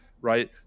right